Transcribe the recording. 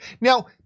Now